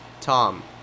Tom